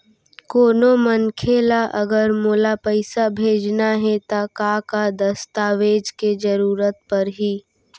कोनो मनखे ला अगर मोला पइसा भेजना हे ता का का दस्तावेज के जरूरत परही??